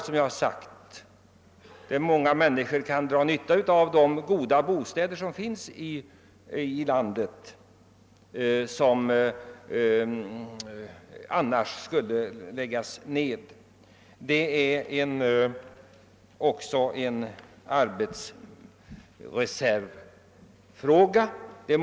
Genom deltidsjordbruken kan många människor dra nytta av de goda bostäder som finns i landet men som annars skulle stå outnyttjade. Det är också en arbetskraftsreservfråga.